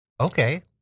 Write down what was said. Okay